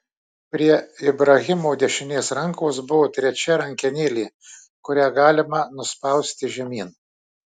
prie ibrahimo dešinės rankos buvo trečia rankenėlė kurią galima nuspausti žemyn